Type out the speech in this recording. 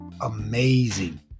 amazing